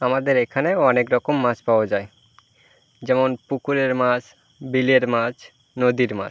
আমাদের এখানে অনেক রকম মাছ পাওয়া যায় যেমন পুকুরের মাছ বিলের মাছ নদীর মাছ